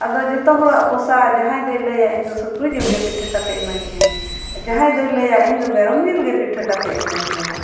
ᱟᱫᱚ ᱡᱚᱛᱚ ᱦᱚᱲᱟᱜ ᱯᱚᱥᱟ ᱡᱟᱦᱟᱸᱭ ᱫᱚᱭ ᱞᱟᱹᱭᱟ ᱤᱧᱫᱚ ᱥᱩᱠᱨᱤ ᱡᱤᱞ ᱜᱮ ᱯᱤᱴᱷᱟᱹ ᱠᱟᱛᱮᱫ ᱤᱢᱟᱹᱧ ᱢᱮ ᱡᱟᱦᱟᱸᱭ ᱫᱚᱭ ᱞᱟᱹᱭᱟ ᱤᱧᱫᱚ ᱢᱮᱨᱚᱢ ᱡᱤᱞ ᱜᱮ ᱯᱤᱴᱷᱟᱹ ᱠᱟᱛᱮᱫ ᱤᱢᱟᱹᱧ ᱢᱮ